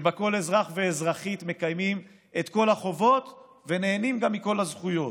שבה כל אזרח ואזרחית מקיימים את כל החובות ונהנים גם מכל הזכויות,